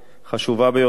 חשובה ביותר,